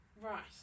Right